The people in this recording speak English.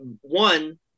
one